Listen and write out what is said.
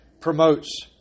promotes